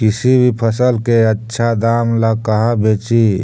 किसी भी फसल के आछा दाम ला कहा बेची?